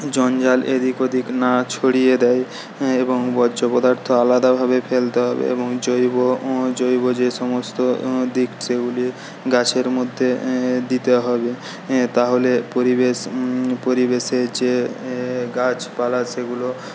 জঞ্জাল এদিক ওদিক না ছড়িয়ে দেয় এবং বর্জ্য পদার্থ আলাদা ভাবে ফেলতে হবে এবং জৈব জৈব যে সমস্ত দিক সেগুলি গাছের মধ্যে দিতে হবে তাহলে পরিবেশ পরিবেশে যে গাছপালা সেগুলো